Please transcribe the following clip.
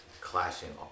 clashing